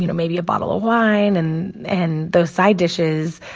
you know maybe a bottle of wine. and and those side dishes,